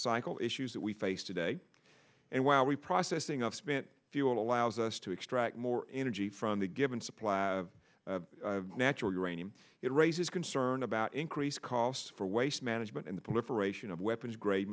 cycle issues that we face today and while we processing of spent fuel allows us to extract more energy from the given supply of natural uranium it raises concern about increased costs for waste management and the political ration of weapons grade